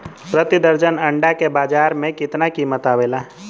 प्रति दर्जन अंडा के बाजार मे कितना कीमत आवेला?